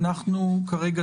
אנחנו דנים כרגע